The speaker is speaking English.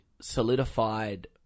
solidified